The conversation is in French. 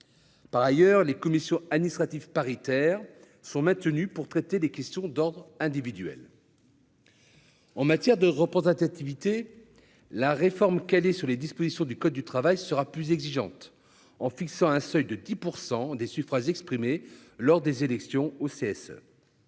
Par ailleurs, les commissions administratives paritaires sont maintenues pour traiter des questions d'ordre individuel. En matière de représentativité, la réforme, calée sur les dispositions du code du travail, sera plus exigeante, puisqu'elle fixe un seuil de 10 % des suffrages exprimés lors des élections aux CSE.